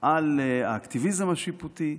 על האקטיביזם השיפוטי,